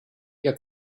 ihr